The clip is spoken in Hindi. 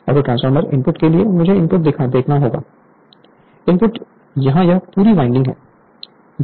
ऑटोट्रांसफॉर्मर इनपुट के लिए मुझे इनपुट देखना होगा इनपुट यहाँ यह पूरी वाइंडिंग है